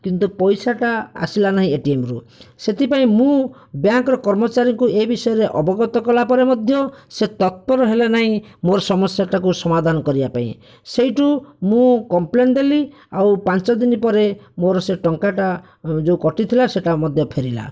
କିନ୍ତୁ ପଇସାଟା ଆସିଲା ନାହିଁ ଏଟିଏମରୁ ସେଥିପାଇଁ ମୁଁ ବ୍ୟାଙ୍କର କର୍ମଚାରୀଙ୍କୁ ଏ ବିଷୟରେ ଅବଗତ କଲାପରେ ମଧ୍ୟ ସେ ତତ୍ପର ହେଲେ ନାହିଁ ମୋର ସମସ୍ୟାଟାକୁ ସମାଧାନ କରିବା ପାଇଁ ସେଇଠୁ ମୁଁ କମ୍ପ୍ଲେନ ଦେଲି ଆଉ ପାଞ୍ଚଦିନ ପରେ ମୋର ସେ ଟଙ୍କାଟା ଯେଉଁ କଟିଥିଲା ଏଇଟା ମଧ୍ୟ ଫେରିଲା